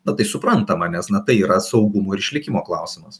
na tai suprantama nes na tai yra saugumo ir išlikimo klausimas